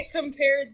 Compared